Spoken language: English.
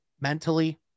mentally